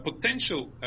potential